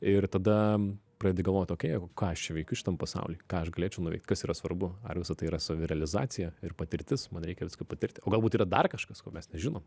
ir tada pradedi galvot okei jeigu ką aš čia veikiu šitam pasauly ką aš galėčiau nuveikt kas yra svarbu ar visa tai yra savirealizacija ir patirtis man reikia viską patirti o galbūt yra dar kažkas ko mes nežinom